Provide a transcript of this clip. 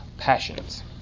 passions